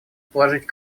положить